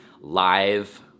live